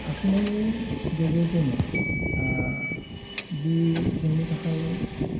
आखिनायनि गेजेरजोङो बि जोंनि थाखाय